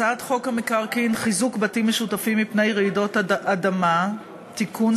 הצעת חוק המקרקעין (חיזוק בתים משותפים מפני רעידות אדמה) (תיקון,